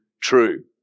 true